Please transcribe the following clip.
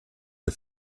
der